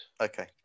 Okay